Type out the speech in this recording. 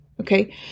okay